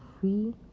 free